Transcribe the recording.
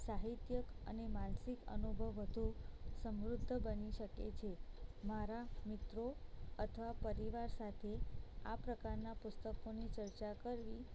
સાહિત્યિક અને માનસિક અનુભવ વધુ સમૃદ્ધ બની શકે છે મારા મિત્રો અથવા પરિવાર સાથે આ પ્રકારના પુસ્તકોની ચર્ચા કરવી